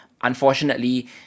Unfortunately